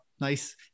nice